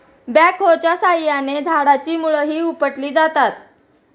बॅकहोच्या साहाय्याने झाडाची मुळंही उपटली जातात